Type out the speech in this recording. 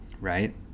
Right